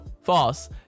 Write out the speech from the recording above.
false